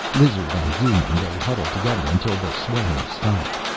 lizard and human, they huddled together until the swaying stopped.